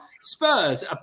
Spurs